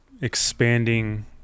expanding